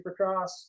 Supercross